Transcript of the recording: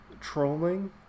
trolling